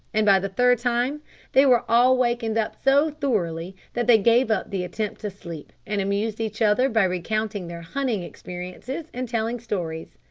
and by the third time they were all wakened up so thoroughly that they gave up the attempt to sleep, and amused each other by recounting their hunting experiences and telling stories.